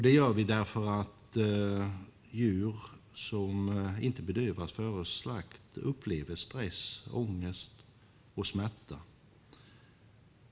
Det gör vi därför att djur som inte bedövas före slakt upplever stress, ångest och smärta.